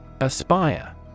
Aspire